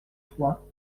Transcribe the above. trois